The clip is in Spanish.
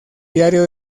diario